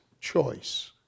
choice